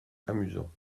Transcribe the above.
amusant